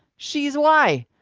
she's why.